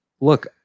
Look